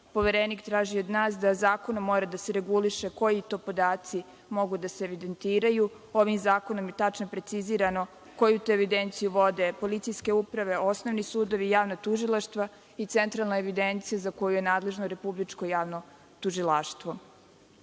poverenik traži od nas da zakonom mora da se reguliše koji to podaci mogu da se evidentiraju, ovim zakonom je tačno precizirano koju to evidenciju vode policijske uprave, osnovni sudovi, javna tužilaštva i centralna evidencija za koju je nadležno Republičko javno tužilaštvo. Vreme